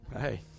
hey